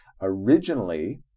originally